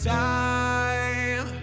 time